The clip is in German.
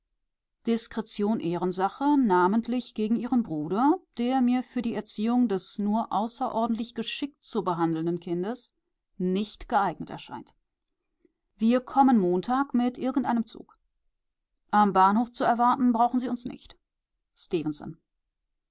diskretion ehrensache namentlich gegen ihren bruder der mir für die erziehung des nur außerordentlich geschickt zu behandelnden kindes nicht geeignet erscheint wir kommen montag mit irgendeinem zug am bahnhof zu erwarten brauchen sie uns nicht